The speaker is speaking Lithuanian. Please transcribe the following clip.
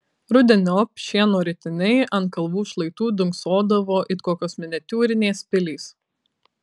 rudeniop šieno ritiniai ant kalvų šlaitų dunksodavo it kokios miniatiūrinės pilys